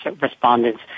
respondents